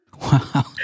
wow